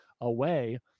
away